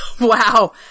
Wow